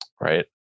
Right